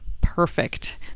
perfect